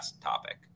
topic